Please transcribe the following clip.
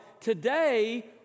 today